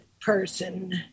person